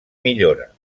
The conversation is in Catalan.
millora